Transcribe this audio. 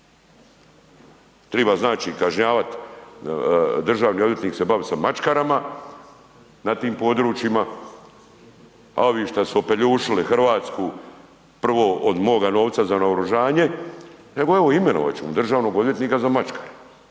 Triba znači kažnjavat, državni odvjetnik se bavit sa mačkarama na tim područjima, a ovi što su opeljušili RH prvo od moga novca za naoružanje, nego evo imenovat ćemo državnog odvjetnika za mačkare,